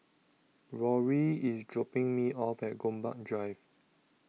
Rory IS dropping Me off At Gombak Drive